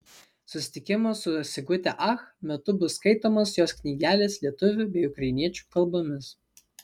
susitikimo su sigute ach metu bus skaitomos jos knygelės lietuvių bei ukrainiečių kalbomis